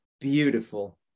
beautiful